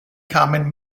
kamen